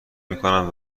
میکنم